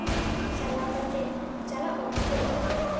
ᱪᱟᱞᱟᱣ ᱠᱟᱛᱮ ᱪᱟᱞᱟᱣ ᱚᱠᱛᱮ